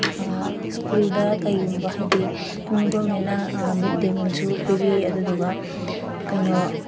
ꯁ꯭ꯀꯨꯜꯗ ꯀꯔꯤꯒꯨꯝꯕ ꯍꯥꯏꯗꯤ ꯁꯨꯝ ꯒꯣꯔꯃꯦꯟꯅ ꯃꯤꯗ ꯗꯦ ꯃꯤꯜꯁꯨ ꯄꯤꯕꯤ ꯑꯗꯨꯗꯨꯒ ꯀꯩꯅꯣ